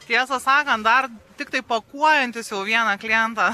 tiesą sakant dar tiktai pakuojantis jau vieną klientą